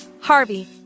Harvey